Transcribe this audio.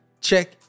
Check